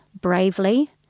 bravely